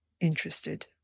interested